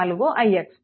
4ix